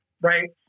right